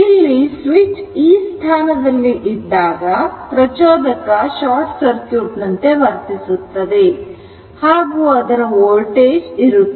ಇಲ್ಲಿ ಸ್ವಿಚ್ ಈ ಸ್ಥಾನದಲ್ಲಿ ಇದ್ದಾಗ ಪ್ರಚೋದಕ ಶಾರ್ಟ್ ಸರ್ಕ್ಯೂಟ್ ನಂತೆ ವರ್ತಿಸುತ್ತದೆ ಹಾಗೂ ಅದರ ವೋಲ್ಟೇಜ್ ಇರುತ್ತದೆ